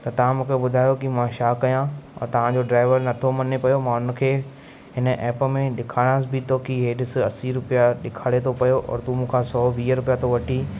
त तव्हां मूंखे ॿुधायो की मां छा कयां औरि तव्हांजो ड्राइवर नथो मञे पियो मां उन खे हिन ऐप में ॾेखारियासि बि थो की इहे ॾिस असीं रुपिया ॾेखारे थो पियो और तूं मूंखां सौ वीह रुपिया तू वठी